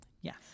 Yes